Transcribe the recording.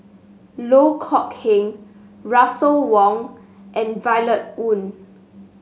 Loh Kok Heng Russel Wong and Violet Oon